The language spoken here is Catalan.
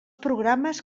programes